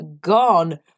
gone